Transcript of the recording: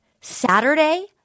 Saturday